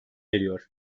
eriyor